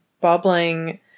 Bubbling